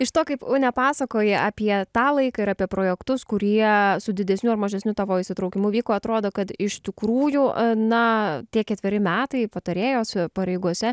iš to kaip une pasakoji apie tą laiką ir apie projektus kurie su didesniu ar mažesniu tavo įsitraukimu vyko atrodo kad iš tikrųjų na tie ketveri metai patarėjos pareigose